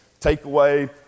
takeaway